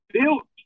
built